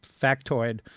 factoid